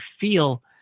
feel